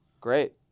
Great